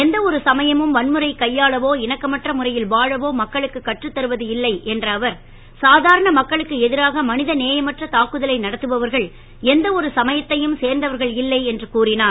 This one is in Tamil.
எந்த ஒரு சமயமும் வன்முறையைக் கையாளவோ இணக்கமற்ற முறையில் வாழவோ மக்களுக்கு கற்றுத் தருவது இல்லை என்ற அவர் சாதாரண மக்களுக்கு எதிராக மனித நேயமற்ற தாக்குதலை நடத்துபவர்கள் எந்த ஒரு சமயத்தையும் சேர்ந்தவர்கள் இல்லை என்று கூறினார்